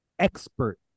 expert